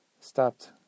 stopped